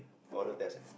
oral test leh